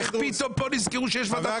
איך פתאום פה נזכרו שיש ועדת חוקה?